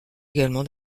également